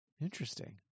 Interesting